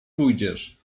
pójdziesz